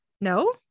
No